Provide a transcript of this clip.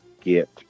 get